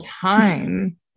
time